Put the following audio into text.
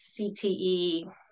CTE